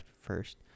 first